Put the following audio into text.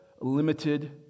limited